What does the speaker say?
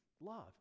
Love